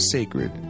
Sacred